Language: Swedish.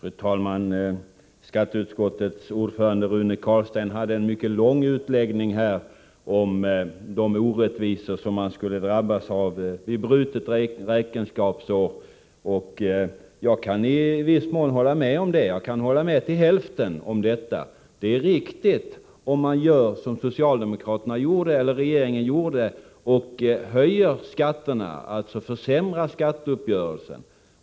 Fru talman! Skatteutskottets ordförande Rune Carlstein hade en mycket lång utläggning om de orättvisor som man skulle drabbas av vid brutet räkenskapsår. Jag kan i viss mån instämma i detta; jag kan hålla med till hälften. Det är riktigt om man vill göra som regeringen gjorde, nämligen höja skatterna, alltså försämra skatteuppgörelsen.